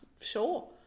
sure